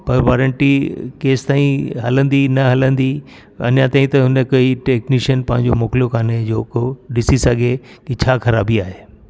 पर वारंटी केसि ताईं हलंदी न हलंदी अञा तईं त हुन कोई टैक्निशियन पंहिंजो मोकलियो कोन्हे जो को ॾिसी सघे कि छा ख़राबी आहे